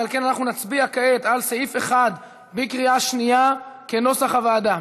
ועל כן אנחנו נצביע כעת על סעיף 1 בקריאה שנייה כנוסח הוועדה.